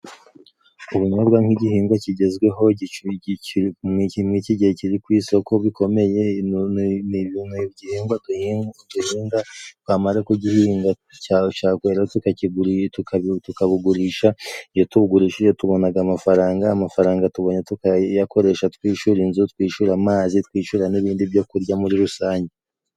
Ubunyobwa nk'igihingwa kigezweho mu iki gihe kiri ku isoko bikomeye, ni igihingwa duhinga, twamara kugihinga cyakwera tukabugurisha, iyo tubugurishije tubonaga amafaranga. Amafaranga tubonye tukayakoresha twishura inzu, twishura amazi, twishura n'ibindi byo kurya muri rusange.